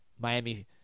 Miami